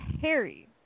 Harry